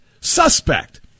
suspect